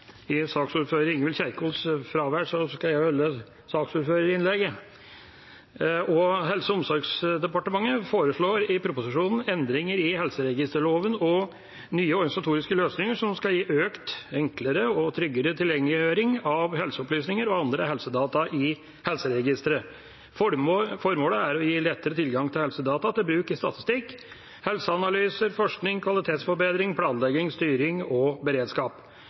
I saksordfører Ingvild Kjerkols fravær skal jeg holde saksordførerinnlegget. Helse- og omsorgsdepartementet foreslår i proposisjonen endringer i helseregisterloven og nye organisatoriske løsninger som skal gi økt, enklere og tryggere tilgjengeliggjøring av helseopplysninger og andre helsedata i helseregisteret. Formålet er å gi lettere tilgang til helsedata til bruk i statistikk, helseanalyse, forskning, kvalitetsforbedring, planlegging, styring og beredskap.